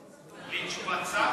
בלי תשובת שר?